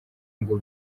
ngo